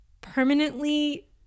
permanently